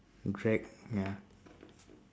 drag ya